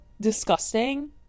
disgusting